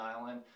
Island